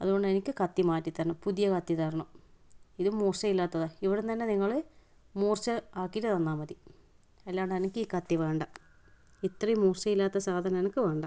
അതുകൊണ്ട് എനിക്ക് കത്തി മാറ്റി തരണം പുതിയ കത്തി തരണം ഇത് മൂർച്ച ഇല്ലാത്തതാണ് ഇവിടെനിന്ന് തന്നെ നിങ്ങൾ മൂർച്ച ആക്കിയിട്ട് തന്നാൽ മതി അല്ലാതെ എനിക്ക് ഈ കത്തി വേണ്ട ഇത്രയും മൂർച്ച ഇല്ലാത്ത സാധനം എനിക്ക് വേണ്ട